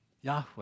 Yahweh